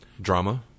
drama